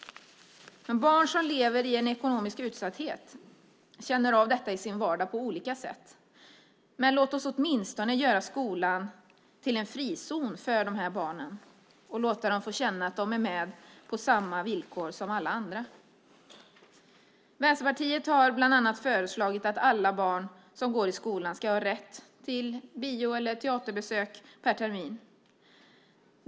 Men barn som lever i ekonomisk utsatthet känner av det i sin vardag på olika sätt. Men låt oss åtminstone göra skolan till en frizon för de här barnen och låta dem få känna att de är med på samma villkor som alla andra. Vänsterpartiet har bland annat föreslagit att alla barn som går i skolan ska ha rätt till ett bio eller teaterbesök per termin.